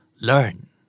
Learn